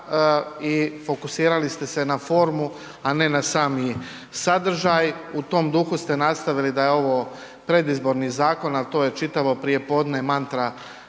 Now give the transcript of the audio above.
i fokusirali ste se na formu, a ne na sami sadržaj. U tom duhu ste nastavili da je ovo predizborni zakon, al to je čitavo prijepodne mantra